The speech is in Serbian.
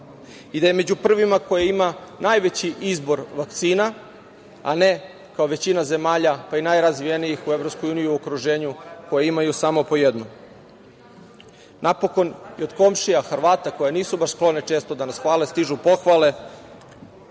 i da je među prvima koja ima najveći izbor vakcina, a ne kao većina zemalja, pa i najrazvijenijih u EU i u okruženju, koje imaju samo po jednu. Napokon i od komšija Hrvata koji nisu baš skloni često da nas hvale, stižu pohvale,